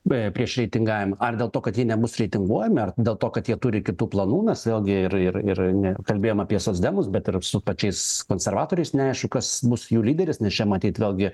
beje prieš reitingavimą ar dėl to kad jie nebus reitinguojami ar dėl to kad jie turi kitų planų nes vėlgi ir ir kalbėjom apie socdemus bet ir su pačiais konservatoriais neaišku kas bus jų lyderis nes čia matyt vėlgi